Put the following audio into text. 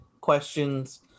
questions